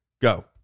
Go